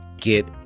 get